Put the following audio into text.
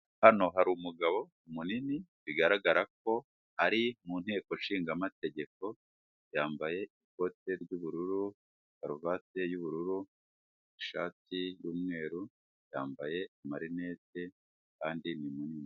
Hano hari umugabo munini bigaragara ko ari mu nteko nshingamategeko yambaye ikote ry'ubururu, karuvate y'ubururu, ishati y'umweru, yambaye amarinete kandi ni munini.